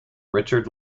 richard